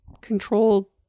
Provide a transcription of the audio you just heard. control